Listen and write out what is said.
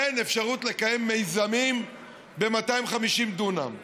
אין אפשרות לקיים מיזמים ב-250 דונם.